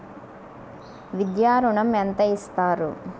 విద్యా ఋణం ఎంత ఇస్తారు?